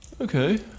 Okay